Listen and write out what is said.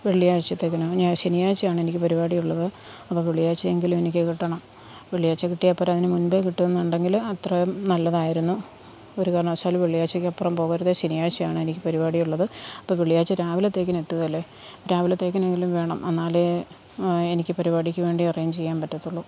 വെള്ളിയാഴ്ച്ചത്തേക്കിനോ ശനിയാഴ്ച്ചയാണ് എനിക്ക് പരിപാടിയുള്ളത് അപ്പോള് വെള്ളിയാഴ്ചയെങ്കിലും എനിക്ക് കിട്ടണം വെള്ളിയാഴ്ച കിട്ടിയാല്പോരാ അതിനുമുന്പേ കിട്ടുന്നുണ്ടെങ്കില് അത്രയും നല്ലതായിരുന്നു ഒരുകാരണവശാലും വെള്ളിയാഴ്ചയ്ക്കപ്പുറം പോകരുത് ശനിയാഴ്ചയാണ് എനിക്ക് പരിപാടിയുള്ളത് അപ്പോള് വെള്ളിയാഴ്ച രാവിലത്തേക്കിന് എത്തുകയില്ലേ രാവിലത്തേക്കിനെങ്കിലും വേണം എന്നാലെ എനിക്ക് പരിപാടിക്ക് വേണ്ടി അറേഞ്ചെയ്യാന് പറ്റത്തുള്ളു